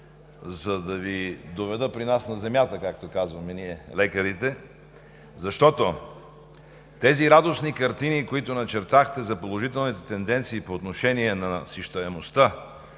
за да Ви доведа при нас на земята, както казваме ние лекарите. Тези радостни картини, които начертахте, за положителните тенденции по отношение насищаемостта